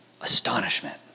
Astonishment